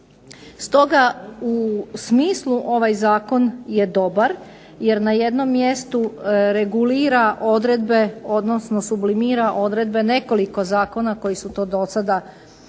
Stoga u smislu ovaj zakon je dobar, jer na jednom mjestu regulira odredbe, odnosno sublimira odredbe nekoliko zakona koji su to dosada, u